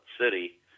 City